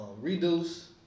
reduce